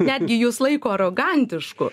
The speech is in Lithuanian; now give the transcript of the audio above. netgi jus laiko arogantišku